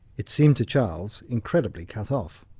it seemed to charles incredibly cut off.